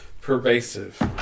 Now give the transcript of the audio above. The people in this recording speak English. pervasive